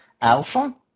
Alpha